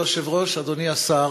אדוני היושב-ראש, אדוני השר,